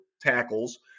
tackles